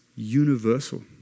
Universal